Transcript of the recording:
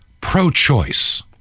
pro-choice